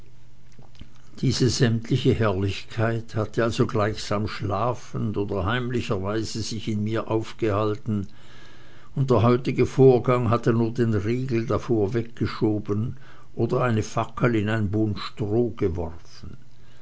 diese sämtliche herrlichkeit hatte also gleichsam schlafend oder heimlicherweise sich in mir aufgehalten und der heutige vorgang hatte nur den riegel davor weggeschoben oder eine fackel in ein bund stroh geworfen